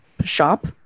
shop